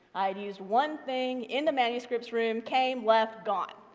i'd use one thing in the manuscripts room, came, left, gone.